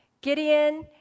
Gideon